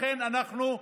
לכן אנחנו,